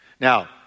Now